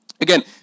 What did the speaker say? again